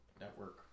network